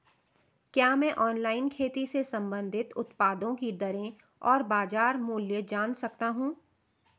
क्या मैं ऑनलाइन खेती से संबंधित उत्पादों की दरें और बाज़ार मूल्य जान सकता हूँ?